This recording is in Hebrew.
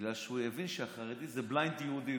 בגלל שהוא הבין שהחרדי זה בליינד יהודי,